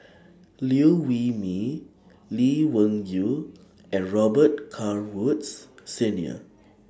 Liew Wee Mee Lee Wung Yew and Robet Carr Woods Senior